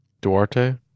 Duarte